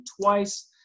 twice